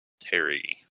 Terry